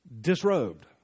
disrobed